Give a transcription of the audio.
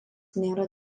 nėra